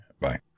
Bye